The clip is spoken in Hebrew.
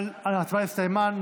ההצבעה הסתיימה.